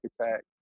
attack